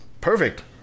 Perfect